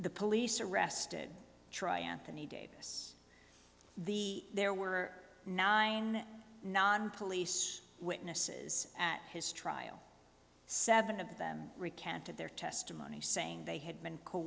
the police arrested try anthony davis the there were nine non police witnesses at his trial seven of them recanted their testimony saying they had been co